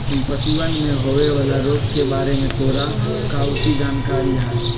पशुअन में होवे वाला रोग के बारे में तोरा काउची जानकारी हाउ?